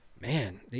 Man